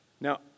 Now